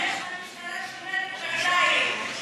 על זה שהמשטרה שוברת רגליים,